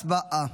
הצבעה.